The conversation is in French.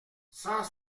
cent